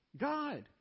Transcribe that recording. God